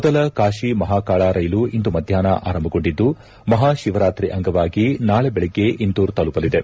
ಮೊದಲ ಕಾಶಿ ಮಹಾಕಾಳ ರೈಲು ಇಂದು ಮಧ್ನಾಷ್ನ ಆರಂಭಗೊಂಡಿದ್ದು ಮಹಾಶಿವರಾತ್ರಿ ಅಂಗವಾಗಿ ನಾಳೆ ಬೆಳಗ್ಗೆ ಇಂದೋರ್ ತಲುಪಲಿದೆ